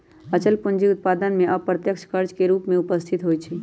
अचल पूंजी उत्पादन में अप्रत्यक्ष खर्च के रूप में उपस्थित होइत हइ